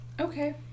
Okay